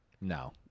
No